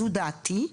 זו דעתי,